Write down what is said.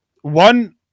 one